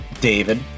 David